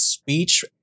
speech